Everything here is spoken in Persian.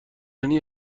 شکستنی